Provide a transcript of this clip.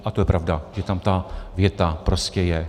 A to je pravda, že tam ta věta prostě je.